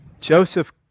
Joseph